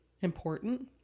important